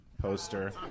poster